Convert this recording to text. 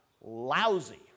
lousy